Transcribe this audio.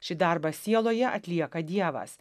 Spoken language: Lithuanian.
šį darbą sieloje atlieka dievas